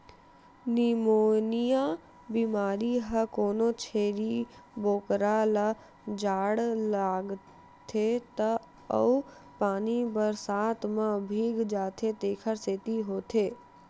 pneumonia बेमारी ह कोनो छेरी बोकरा ल जाड़ लागथे त अउ पानी बरसात म भीग जाथे तेखर सेती होथे